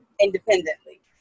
independently